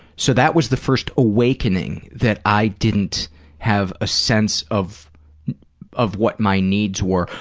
so that was the first awakening that i didn't have a sense of of what my needs were,